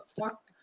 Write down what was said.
fuck